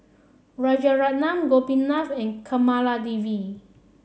Rajaratnam Gopinath and Kamaladevi